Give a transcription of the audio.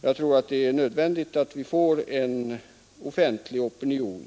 Jag anser att det är nödvändigt att vi får en offentlig opinion